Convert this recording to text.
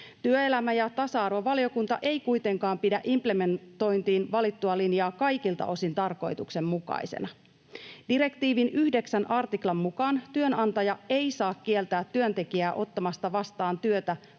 Työelämä- ja tasa-arvovaliokunta ei kuitenkaan pidä implementointiin valittua linjaa kaikilta osin tarkoituksenmukaisena. Direktiivin 9 artiklan mukaan työnantaja ei saa kieltää työntekijää ottamasta vastaan työtä